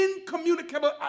incommunicable